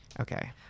Okay